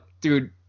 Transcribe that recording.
dude